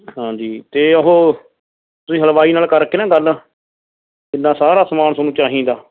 ਹਾਂਜੀ ਅਤੇ ਉਹ ਤੁਸੀਂ ਹਲਵਾਈ ਨਾਲ ਕਰਕੇ ਨਾ ਗੱਲ ਜਿੰਨਾ ਸਾਰਾ ਸਮਾਨ ਤੁਹਾਨੂੰ ਚਾਹੀਦਾ